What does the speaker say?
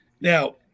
Now